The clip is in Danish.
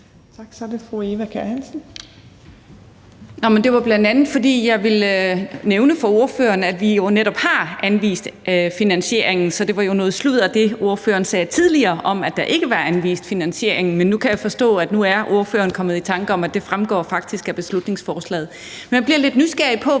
Hansen. Kl. 14:58 Eva Kjer Hansen (V): Det var, bl.a. fordi jeg ville nævne for ordføreren, at vi jo netop har anvist finansieringen, så det var jo noget sludder, ordføreren sagde tidligere, om, at der ikke var anvist finansiering. Men nu kan jeg forstå, at ordføreren er kommet i tanker om, at det faktisk fremgår af beslutningsforslaget. Men jeg bliver lidt nysgerrig på,